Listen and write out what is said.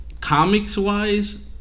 Comics-wise